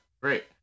Great